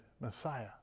Messiah